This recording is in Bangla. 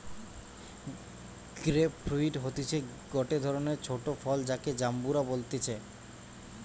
গ্রেপ ফ্রুইট হতিছে গটে ধরণের ছোট ফল যাকে জাম্বুরা বলতিছে